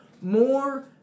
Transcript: more